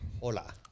Hola